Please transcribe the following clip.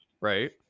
right